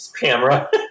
camera